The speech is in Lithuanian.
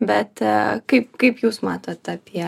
bet kaip kaip jūs matot apie